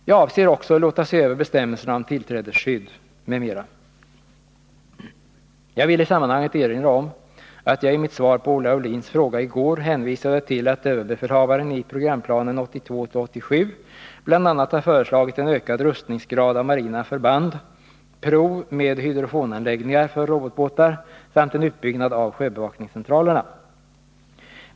Jag avser också låta se över bestämmelserna om tillträdesskydd m.m. Jag vill i sammanhanget erinra om att jag i mitt svar på Olle Aulins fråga i går hänvisade till att överbefälhavaren i programplanen 1982-87 bl.a. har föreslagit en ökad rustningsgrad när det gäller marina förband, prov med hydrofonanläggningar för robotbåtar samt en ubyggnad av sjöbevakningscentralerna.